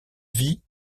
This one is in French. vie